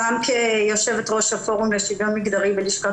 כיושבת ראש הפורום לשוויון מגדרי בלשכת